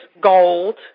gold